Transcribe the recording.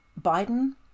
Biden